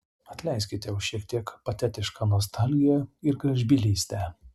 atleiskite už šiek tiek patetišką nostalgiją ir gražbylystę